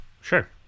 sure